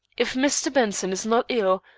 if mr. benson is not ill,